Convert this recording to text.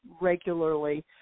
regularly